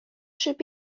should